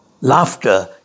Laughter